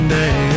day